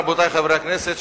רבותי חברי הכנסת,